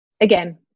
again